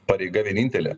pareiga vienintelė